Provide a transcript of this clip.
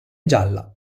gialla